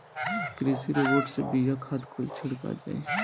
कृषि रोबोट से बिया, खाद कुल छिड़का जाई